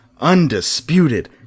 undisputed